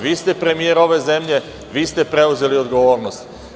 Vi ste premijer ove zemlje, vi ste preuzeli odgovornost.